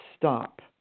stop